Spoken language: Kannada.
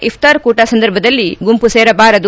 ಇಫ್ತಾರ್ ಕೂಟ ಸಂದರ್ಭದಲ್ಲಿ ಗುಂಪು ಸೇರಬಾರದು